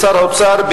שר האוצר,